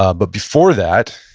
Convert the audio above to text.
ah but before that,